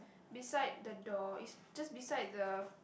beside the door it's just beside the